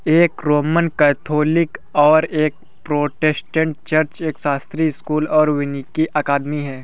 एक Roman Catholic और एक प्रोटेस्टेंट चर्च, एक शास्त्रीय स्कूल और वानिकी अकादमी है